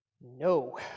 No